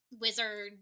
wizard